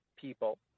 people